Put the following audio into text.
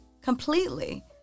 Completely